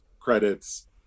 credits